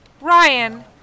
Ryan